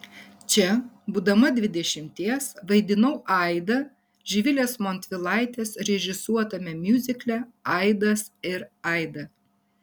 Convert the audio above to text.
čia būdama dvidešimties vaidinau aidą živilės montvilaitės režisuotame miuzikle aidas ir aida